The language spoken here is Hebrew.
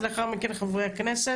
לאחר מכן, ניתן רשות דיבור לחברי כנסת.